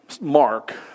mark